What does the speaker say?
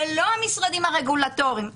ולא המשרדים הרגולטוריים.